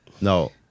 No